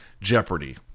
jeopardy